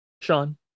Sean